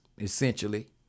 essentially